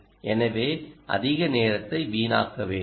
எனவே அதிக நேரத்தை வீணாக்க வேண்டாம்